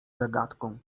zagadką